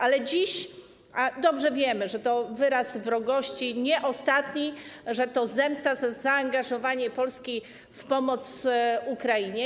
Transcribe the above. Ale dziś dobrze wiemy, że to wyraz wrogości nie ostatni, że to zemsta za zaangażowanie Polski w pomoc Ukrainie.